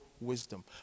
wisdom